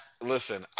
Listen